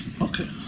Okay